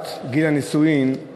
היות שהודעת לו, אז דבריך מוסמכים.